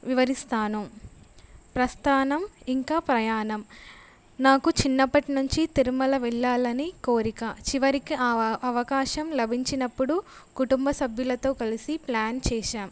వివరిస్తాను ప్రస్తానం ఇంకా ప్రయాణం నాకు చిన్నప్పటినుంచి తిరుమల వెళ్ళాలని కోరిక చివరికి ఆ అవకాశం లభించినప్పుడు కుటుంబ సభ్యులతో కలిసి ప్లాన్ చేశాం